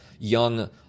young